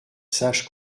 sages